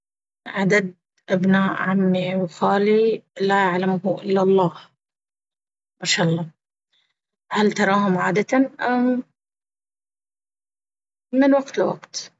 عدد أبناء عمي وخالي لا يعلمه إلا الله، ماشاءالله. هل تراهم عادة؟ من وقت لوقت.